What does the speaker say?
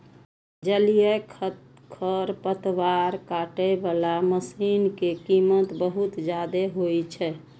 जलीय खरपतवार काटै बला मशीन के कीमत बहुत जादे होइ छै